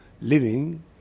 living